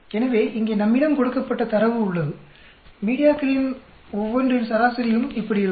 எனவே இங்கே நம்மிடம் கொடுக்கப்பட்ட தரவு உள்ளது இந்த மீடியாக்களின் ஒவ்வொன்றின் சராசரியும் இப்படி இருக்கும்